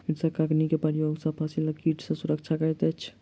कृषक अग्नि के प्रयोग सॅ फसिलक कीट सॅ सुरक्षा करैत अछि